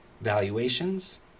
valuations